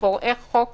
לפורעי חוק